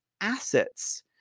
assets